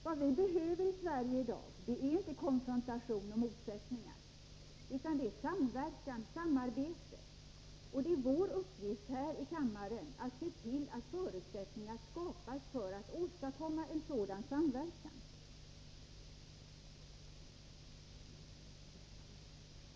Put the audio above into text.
Vad vi behöver i Sverige i dag är inte konfrontation och motsättningar, utan det är samverkan, samarbete, och det är vår uppgift här i kammaren att se till att förutsättningar skapas för att åstadkomma en sådan samverkan.